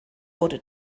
wurde